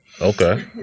Okay